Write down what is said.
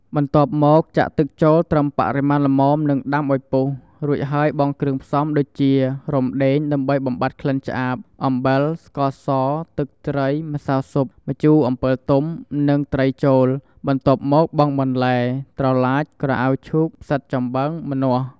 បន្ទាប់មក ចាក់ទឹកចូលត្រឹមបរិមាណល្មមនិងដាំឱ្យពុះ រួចហើយបង់គ្រឿងផ្សំ ដូចជា រំដេងដើម្បីបំបាត់ក្លិនឆ្អាប អំបិល ស្ករស ទឹកត្រី ម្សៅស៊ុប ម្ជូរអំពិលទុំ និងត្រីចូល បន្ទាប់មកបង់បន្លែ ត្រឡាច ក្រអៅឈូក ផ្សិតចំបើង ម្នាស់។